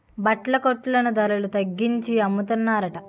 బట్టల కొట్లో నా ధరల తగ్గించి అమ్మతన్రట